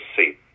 see